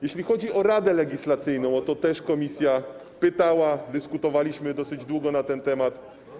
Jeśli chodzi o Radę Legislacyjną, o to też komisja pytała, dyskutowaliśmy dosyć długo na ten temat.